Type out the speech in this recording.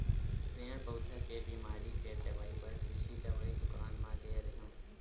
पेड़ पउधा के बिमारी के दवई बर कृषि दवई दुकान म गे रेहेंव